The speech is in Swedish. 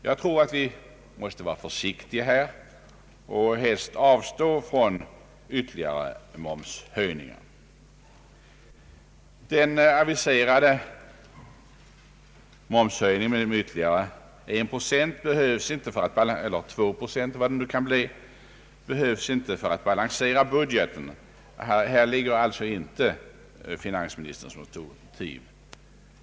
Vi måste enligt min mening vara försiktiga och avstå från ytterligare momshöjningar. Den aviserade momshöjningen med ytterligare en procent — eller två procent eller vad det kan bli — behövs inte för att balansera budgeten. Här ligger alltså inte finansministerns mo tiv.